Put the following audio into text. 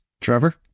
Trevor